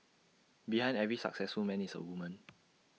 behind every successful man is A woman